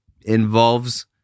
involves